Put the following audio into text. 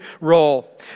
role